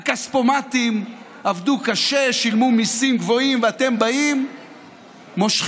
בעבודתו הממשלתית ולאפשר לחבר הכנסת